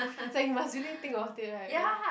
like you must really think about it right